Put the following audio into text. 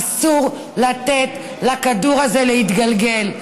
אסור לתת לכדור הזה להתגלגל.